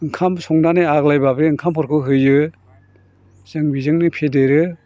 ओंखाम संनानै आग्लायबा बे ओंखामफोरखौ होयो जों बेजोंनो फेदेरो